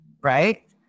right